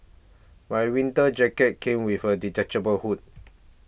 my winter jacket came with a detachable hood